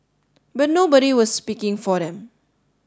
but nobody was speaking for them